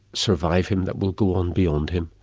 survive him, that will go on beyond him.